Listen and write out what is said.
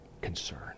concern